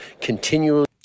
continually